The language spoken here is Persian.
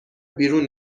بیرون